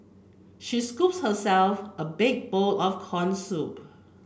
she scoops herself a big bowl of corn soup